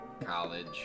college